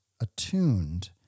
attuned